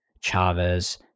Chavez